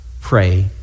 pray